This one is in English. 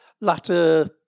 latter